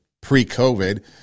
pre-COVID